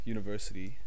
University